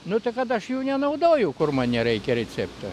nu tai kad aš jų nenaudoju kur man nereikia recepto